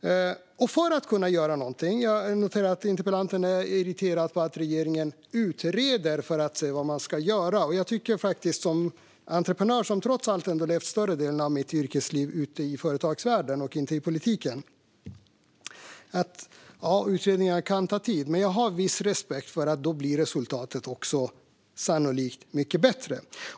Jag noterar att interpellanten är irriterad på att regeringen utreder för att se vad man ska göra. Som entreprenör, som trots allt har levt större delen av mitt yrkesliv ute i företagsvärlden och inte i politiken, kan jag hålla med om att utredningar kan ta tid. Men jag har viss respekt för att resultatet då också sannolikt blir mycket bättre.